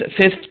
fifth